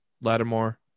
Lattimore